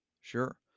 Sure